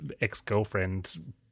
ex-girlfriend